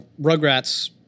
Rugrats